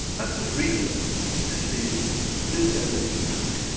and the reason we see this energy pack,